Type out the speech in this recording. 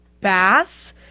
Bass